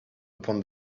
upon